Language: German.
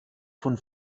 von